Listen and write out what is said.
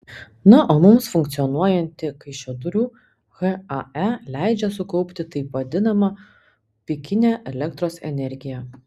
na o mums funkcionuojanti kaišiadorių hae leidžia sukaupti taip vadinamą pikinę elektros energiją